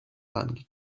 lange